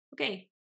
okay